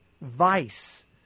vice